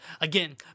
Again